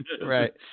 right